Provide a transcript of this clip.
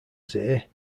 see